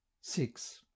Six